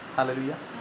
Hallelujah